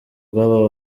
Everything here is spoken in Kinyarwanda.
rw’aba